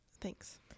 Thanks